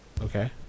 Okay